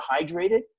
hydrated